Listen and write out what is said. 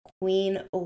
queen